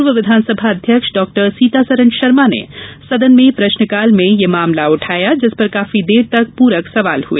पूर्व विधानसभा अध्यक्ष डॉ सीतासरन शर्मा ने सदन में प्रश्नकाल में यह मामला उठाया जिस पर काफी देर तक प्रक सवाल हुए